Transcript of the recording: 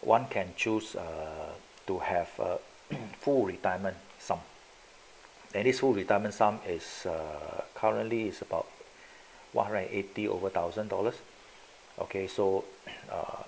one can choose err to have a full retirement sum then this full retirement sum as currently is about one hundred and eighty over thousand dollars okay so err